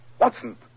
Watson